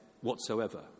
whatsoever